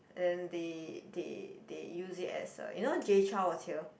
and then they they they use is as a you know Jay-Chou was here